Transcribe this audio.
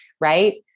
right